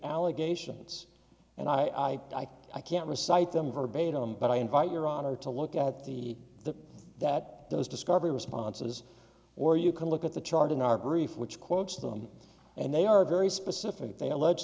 allegations and i i can't recite them verbatim but i invite your honor to look at the the that those discovery responses or you can look at the chart in our brief which quotes them and they are very specific they allege